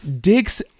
dicks